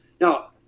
now